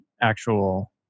actual